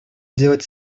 делать